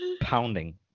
pounding